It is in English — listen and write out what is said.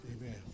Amen